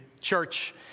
church